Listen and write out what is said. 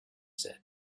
said